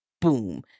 Boom